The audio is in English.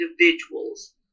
individuals